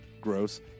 gross